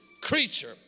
creature